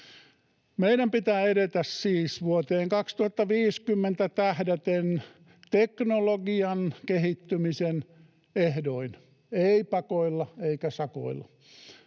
Meidän pitää edetä siis vuoteen 2050 tähdäten teknologian kehittymisen ehdoin, ei pakoilla eikä sakoilla.